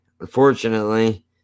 unfortunately